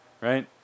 Right